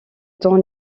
temps